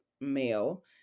male